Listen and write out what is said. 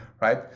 right